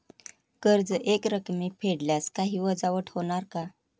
कर्ज एकरकमी फेडल्यास काही वजावट होणार का?